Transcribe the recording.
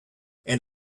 and